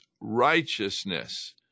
righteousness